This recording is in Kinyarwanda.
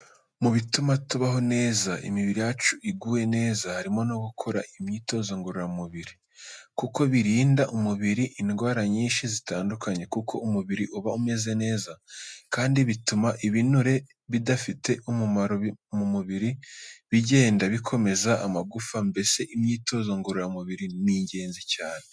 Mu bituma tubaho neza imibiri yacu iguwe neza harimo no gukora imyitozo ngororamubiri. Kuko birinda umubiri indwara nyinshi zitandukanye kuko umubiri uba umeze neza kandi bituma ibinure bidafite umumaro mu mubiri bigenda, bikomeza amagufa mbese imyitozo ngororamubiri ni ingenzi cyane.